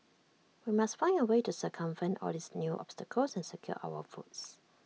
we must find A way to circumvent all these new obstacles and secure our votes